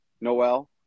Noel